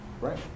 Right